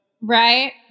Right